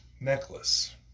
necklace